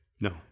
No